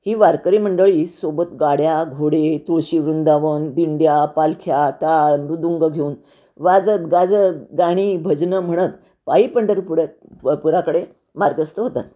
ही वारकरी मंडळी सोबत गाड्या घोडे तुळशी वृंदावन दिंड्या पालख्या टाळ मृदुंग घेऊन वाजत गाजत गाणी भजनं म्हणत पायी पंढरपुढ्या प पुराकडे मार्गस्थ होतात